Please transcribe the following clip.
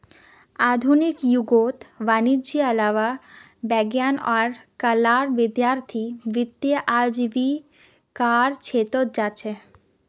आधुनिक युगत वाणिजयेर अलावा विज्ञान आर कलार विद्यार्थीय वित्तीय आजीविकार छेत्रत जा छेक